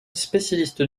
spécialiste